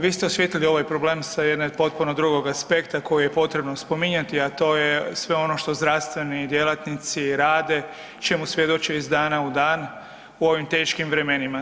Vi ste osvijetlili ovaj problem sa jednog potpuno drugog aspekta koji je potrebno spominjati, a to je sve ono što zdravstveni djelatnici rade, čemu svjedoče iz dana u dan u ovim teškim vremenima.